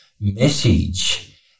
message